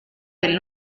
del